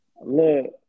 Look –